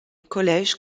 collège